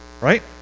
right